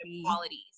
qualities